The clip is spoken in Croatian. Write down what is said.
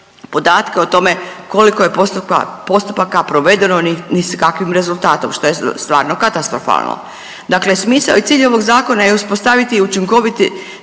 podatke o tome koliko je postupaka provedeno ni sa kakvim rezultatom što je stvarno katastrofalno. Dakle, smisao i cilj ovog zakona je uspostaviti i učinkoviti